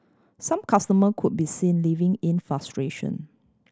some customer could be seen leaving in frustration